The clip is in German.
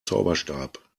zauberstab